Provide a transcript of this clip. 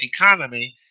economy